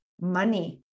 money